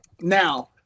Now